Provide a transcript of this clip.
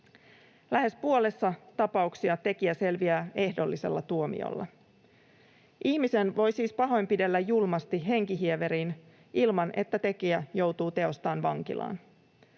Lähes puolessa tapauksista tekijä selviää ehdollisella tuomiolla. Ihmisen voi siis pahoinpidellä julmasti henkihieveriin, ilman että tekijä joutuu teostaan vankilaan.